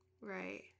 Right